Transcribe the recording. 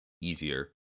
easier